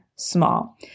Small